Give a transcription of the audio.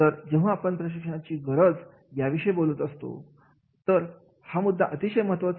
तर जेव्हा आपण प्रशिक्षणाची गरज याविषयी बोलत असतो हा मुद्दा अतिशय महत्त्वाचा आहे